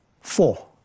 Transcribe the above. four